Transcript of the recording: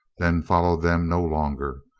then followed them no longer,